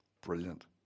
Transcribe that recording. brilliant